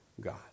God